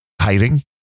hiding